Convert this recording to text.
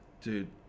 dude